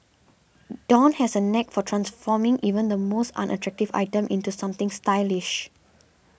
Dawn has a knack for transforming even the most unattractive item into something stylish